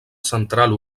central